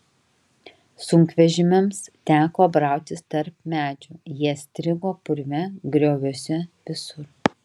sunkvežimiams teko brautis tarp medžių jie strigo purve grioviuose visur